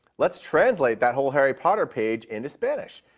let's translate that whole harry potter page into spanish.